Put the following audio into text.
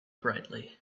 brightly